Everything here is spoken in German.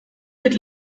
wird